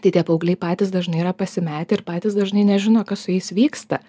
tai tie paaugliai patys dažnai yra pasimetę ir patys dažnai nežino kas su jais vyksta